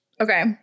Okay